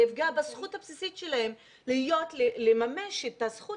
זה יפגע בזכות הבסיסית שלהם לממש את הזכות